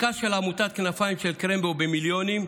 חלקה של עמותת כנפיים של קרמבו במיליונים,